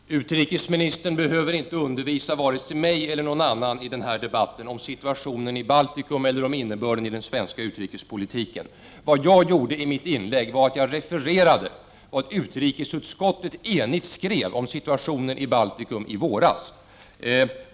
Herr talman! Utrikesministern behöver inte undervisa vare sig mig eller någon annan i denna debatt om situationen i Baltikum eller om innebörden i den svenska utrikespoltiken. Vad jag gjorde i mitt inlägg var att referera utrikesutskottets eniga skrivning om situationen i Baltikum i våras.